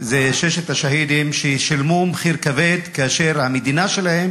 ששת השהידים ששילמו מחיר כבד כאשר המדינה שלהם